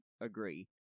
agree